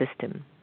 system